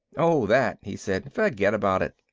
oh that, he said. forget about it.